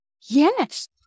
yes